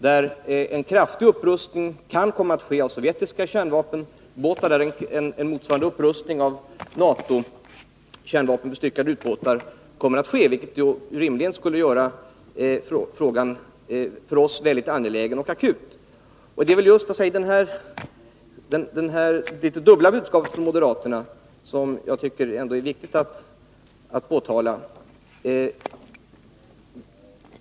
Där kan det enligt Carl Bildt komma att ske en kraftig upprustning av sovjetiska kärnvapenbåtar, vilket skulle föranleda motsvarande upprustning av NATO:s kärnvapenbestyckade ubåtar. Detta skulle rimligen göra frågan mycket angelägen och akut för oss. Det är detta dubbla budskap från moderaterna som det är viktigt att påtala.